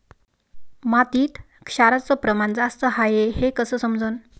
मातीत क्षाराचं प्रमान जास्त हाये हे कस समजन?